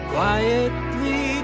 Quietly